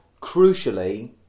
Crucially